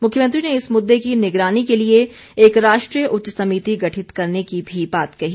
मुख्यमंत्री ने इस मुद्दे की निगरानी के लिए एक राष्ट्रीय उच्च समिति गठित करने की भी बात कही